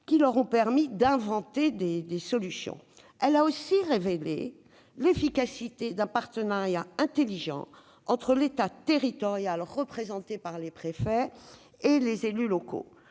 qui leur ont permis d'inventer des solutions ; elle a manifesté aussi l'efficacité d'un partenariat intelligent entre l'État territorial, représenté par les préfets, et les élus locaux.